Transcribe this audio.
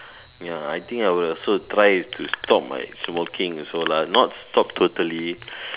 ya I think I will also try to stop my smoking also lah not stop totally